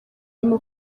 irimo